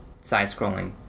Side-scrolling